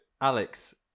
alex